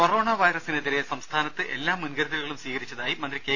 corona വൈറസിനെതിരെ സംസ്ഥാനത്ത് എല്ലാ മുൻകരുതലുകളും സ്വീകരിച്ചതായി മന്ത്രി കെ